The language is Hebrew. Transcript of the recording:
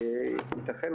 ייתכן.